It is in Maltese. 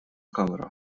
kamra